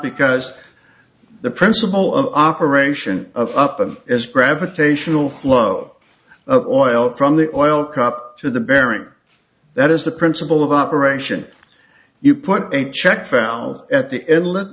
because the principle of operation up of its gravitational flow of oil from the oil to the bearings that is the principle of operation you put a check found at the end